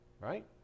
right